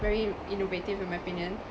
very innovative in my opinion